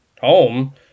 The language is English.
home